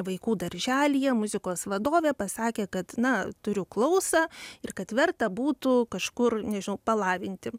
vaikų darželyje muzikos vadovė pasakė kad na turiu klausą ir kad verta būtų kažkur nežinau palavinti